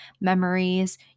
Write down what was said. memories